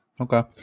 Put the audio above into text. Okay